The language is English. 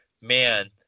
man